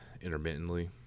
intermittently